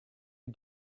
you